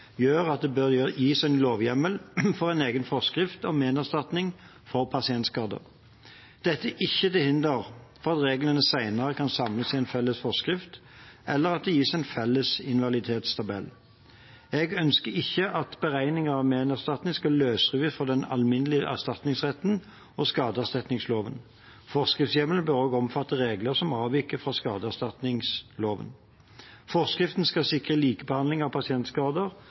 gjør at det bør gis en lovhjemmel for en egen forskrift om menerstatning for pasientskader. Dette er ikke til hinder for at reglene senere kan samles i en felles forskrift, eller at det gis en felles invaliditetstabell. Jeg ønsker ikke at beregninger av menerstatning skal løsrives fra den alminnelige erstatningsretten og skadeerstatningsloven. Forskriftshjemmelen bør også omfatte regler som avviker fra skadeerstatningsloven. Forskriften skal sikre likebehandling av pasientskader,